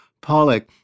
Pollock